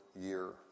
year